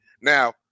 Now